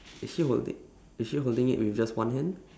is she holdin~ is she holding it with just one hand